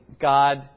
God